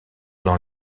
dans